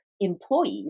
employees